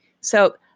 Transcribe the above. So-